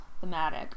thematic